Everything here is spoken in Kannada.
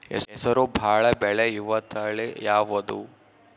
ಹೆಸರು ಭಾಳ ಬೆಳೆಯುವತಳಿ ಯಾವದು?